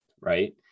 right